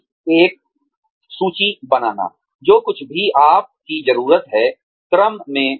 की एक सूची बनाना जो कुछ भी आप की जरूरत है क्रम में बी